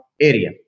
area